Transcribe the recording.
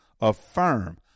Affirm